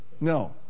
No